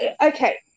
okay